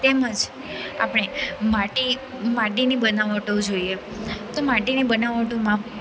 તેમજ આપણે માટી માટીની બનાવટો જોઈએ તો માટીની બનાવટોમાં